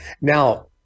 Now